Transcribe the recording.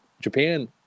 japan